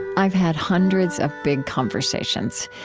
i've had hundreds of big conversations,